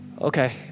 Okay